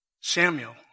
Samuel